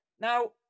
Now